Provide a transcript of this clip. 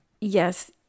Yes